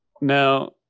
Now